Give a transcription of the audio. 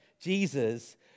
Jesus